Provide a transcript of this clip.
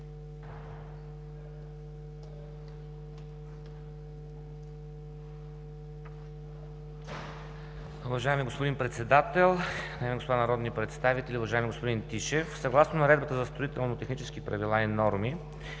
Уважаеми господин Председател, уважаеми дами и господа народни представители! Уважаеми господин Тишев, съгласно Наредбата за строително-технически правила и норми